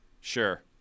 Sure